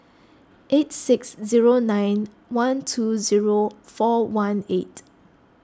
eight six zero nine one two zero four one eight